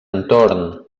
entorn